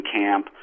camp